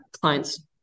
client's